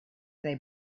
they